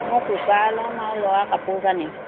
মই কুকাৰ ল'ম আৰু ল'ৰা কাপোৰ কানি